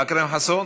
אכרם חסון?